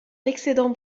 l’excédent